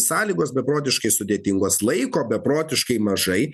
sąlygos beprotiškai sudėtingos laiko beprotiškai mažai